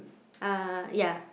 uh ya